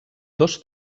dos